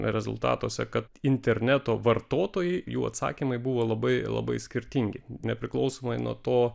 rezultatuose kad interneto vartotojai jų atsakymai buvo labai labai skirtingi nepriklausomai nuo to